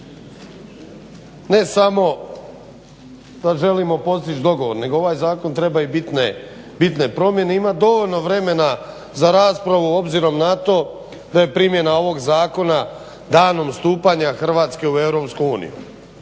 Ne samo da želimo postići dogovor, nego ovaj zakon treba i bitne promjene. Ima dovoljno vremena za raspravu obzirom na to da je primjena ovog zakona danom stupanja Hrvatske u EU.